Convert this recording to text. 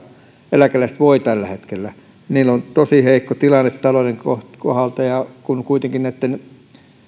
eläkeläiset voivat tällä hetkellä heillä on tosi heikko tilanne talouden kohdalla kuitenkin